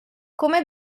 come